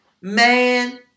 man